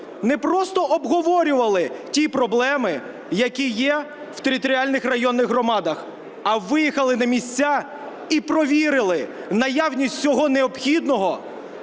не просто обговорювали ті проблеми, які є в територіальних районних громадах, а виїхали на місця і провірили наявність всього необхідного,